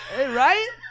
Right